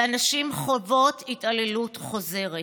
והנשים חוות התעללות חוזרת.